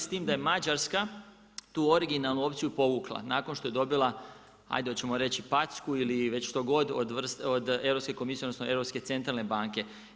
S tim da je Mađarska tu originalnu opciju povukla nakon što je dobila ajde hoćemo reći packu, ili već što god od Europske komisije odnosno Europske centralne banke.